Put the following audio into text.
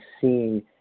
seeing